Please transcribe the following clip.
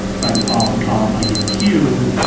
by the column column i get q.